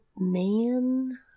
Man